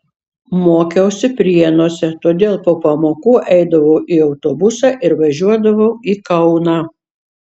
mokiausi prienuose todėl po pamokų eidavau į autobusą ir važiuodavau į kauną